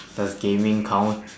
does gaming count